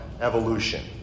evolution